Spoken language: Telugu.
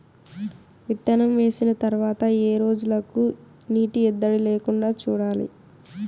విత్తనం వేసిన తర్వాత ఏ రోజులకు నీటి ఎద్దడి లేకుండా చూడాలి?